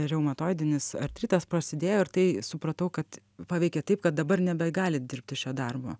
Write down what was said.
reumatoidinis artritas prasidėjo ir tai supratau kad paveikia taip kad dabar nebegalit dirbti šio darbo